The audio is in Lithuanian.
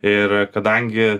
ir kadangi